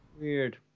Weird